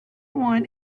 want